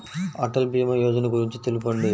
అటల్ భీమా యోజన గురించి తెలుపండి?